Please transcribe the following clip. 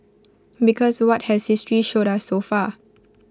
because what has history showed us so far